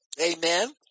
Amen